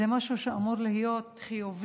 זה משהו שאמור להיות חיובי.